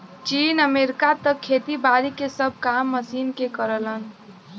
चीन, अमेरिका त खेती बारी के सब काम मशीन के करलन